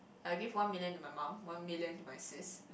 I'll give one million to my mum one million to my sis